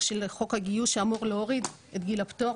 של חוק הגיוס שאמור להוריד את גיל הפטור,